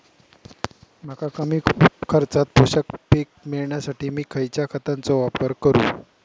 मका कमी खर्चात पोषक पीक मिळण्यासाठी मी खैयच्या खतांचो वापर करू?